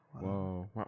Whoa